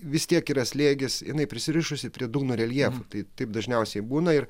vis tiek yra slėgis jinai prisirišusi prie dugno reljefo tai taip dažniausiai ir būna ir